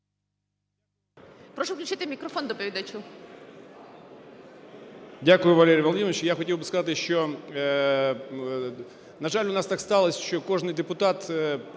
Дякую, Валерій Володимирович.